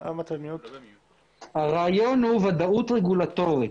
הרעיון הוא ודאות רגולטורית.